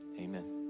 Amen